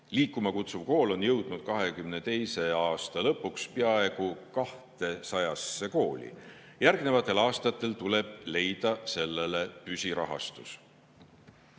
Liikuma Kutsuv Kool on jõudnud 2022. aasta lõpuks peaaegu 200-sse kooli. Järgnevatel aastatel tuleb leida sellele püsirahastus. Tänu